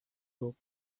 grup